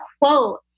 quote